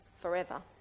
forever